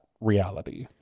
reality